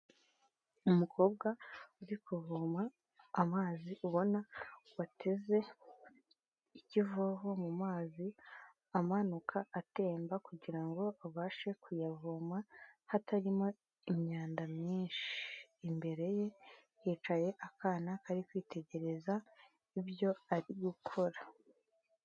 Umukobwa uri kuvoma amazi ubona wateze ikivovo mu mazi, amanuka atemba kugira ngo abashe kuyavoma hatarimo imyanda myinshi, imbere ye hicaye akana kari kwitegereza ibyo ari gukora.